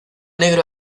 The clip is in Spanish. negro